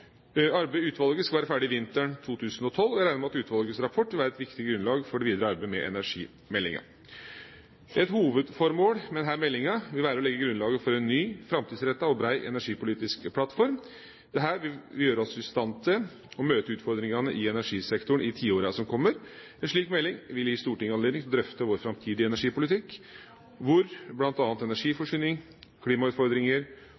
Arbeidet i utvalget skal være ferdig vinteren 2012. Jeg regner med at utvalgets rapport vil være et viktig grunnlag for det videre arbeidet med energimeldingen. Et hovedformål med denne meldingen vil være å legge grunnlaget for en ny, framtidsrettet og bred energipolitisk plattform. Dette vil gjøre oss i stand til å møte utfordringene i energisektoren i tiårene som kommer. En slik melding vil gi Stortinget anledning til å drøfte vår framtidige energipolitikk, hvor